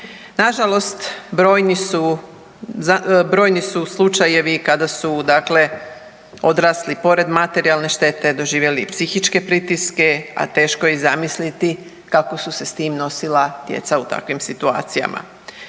Nažalost brojni su slučajevi kada su odrasli pored materijalne štete doživjeli i psihičke pritiske, a teško je i zamisliti kako su se s tim nosila djeca u takvim situacijama.